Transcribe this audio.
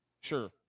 sure